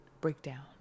breakdown